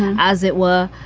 as it were.